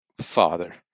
father